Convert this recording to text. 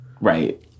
Right